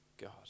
God